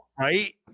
Right